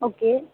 okay